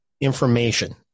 information